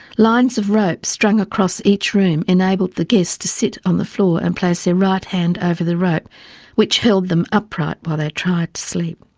lines of rope strung across each room enabled the guests to sit on the floor and place their right hand over the rope which held them upright while they tried to sleep.